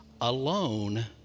alone